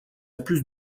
plus